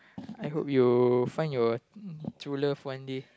I hope you find your true love one day